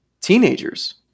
teenagers